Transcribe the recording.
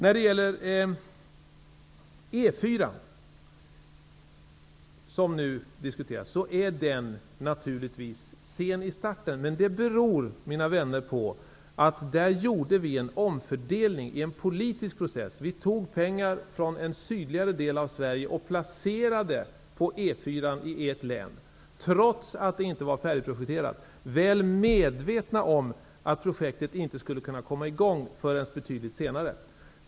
Beträffande E 4:an, som nu diskuteras, är man sen i starten. Det beror, mina vänner, på att det gjordes en omfördelning i en politisk process. Vi tog pengar från en sydligare del av Sverige och satsade dem på E 4:an i ert län, trots att projekteringen inte var färdig. Vi gjorde detta väl medvetna om att projektet skulle kunna komma i gång först betydligt senare.